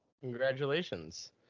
Congratulations